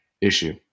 issue